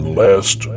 last